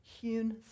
hewn